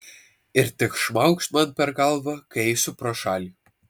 ir tik šmaukšt man per galvą kai eisiu pro šalį